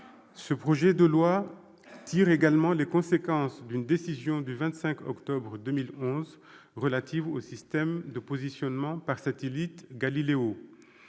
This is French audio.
Ce projet de loi tire également les conséquences d'une décision du 25 octobre 2011, relative au système de positionnement par satellites Galileo.